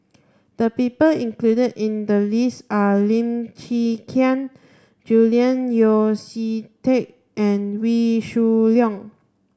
the people included in the list are Lim Chwee Chian Julian Yeo See Teck and Wee Shoo Leong